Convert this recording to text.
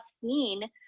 seen